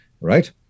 Right